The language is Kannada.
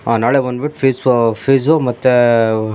ಹಾಂ ನಾಳೆ ಬಂದ್ಬಿಟ್ಟು ಫೀಸ್ ಫು ಫೀಸು ಮತ್ತು